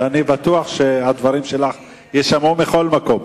ואני בטוח שהדברים שלך יישמעו מכל מקום.